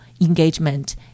engagement